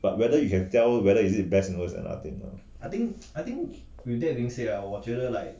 but whether you can tell the best in the world I don't know lah